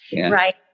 right